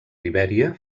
libèria